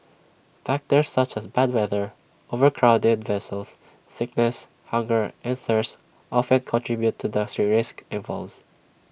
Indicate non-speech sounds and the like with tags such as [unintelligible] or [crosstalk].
factors such as bad weather overcrowded vessels sickness hunger and thirst often contribute to the [unintelligible] risks involves